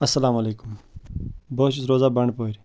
اسلام علیکُم بہٕ حظ چھُس روزان بنٛڈٕپورِ